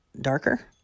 darker